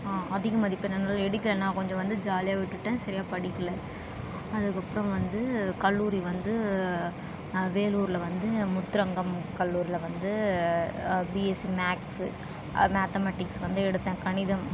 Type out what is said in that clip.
ஹான் அதிகம் மதிப்பெண் என்னால் எடுக்கல நான் கொஞ்சம் வந்து ஜாலியாக விட்டுட்டேன் சரியா படிக்கல அதுக்கு அப்புறம் வந்து கல்லூரி வந்து நான் வேலூர்ல வந்து முத்துரங்கம் கல்லூரியில வந்து பிஎஸ்சி மேக்ஸ்ஸு மேத்தமெட்டிக்ஸ் வந்து எடுத்தேன் கணிதம்